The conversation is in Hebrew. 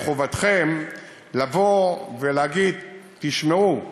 זה חובתכם לבוא ולהגיד: תשמעו,